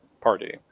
Party